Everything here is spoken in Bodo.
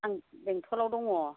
आं बेंटलआव दङ